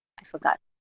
i forgot.